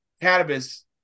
cannabis